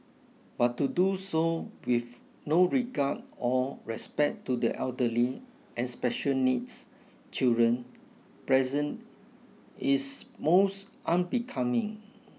but to do so with no regard or respect to the elderly and special needs children present is most unbecoming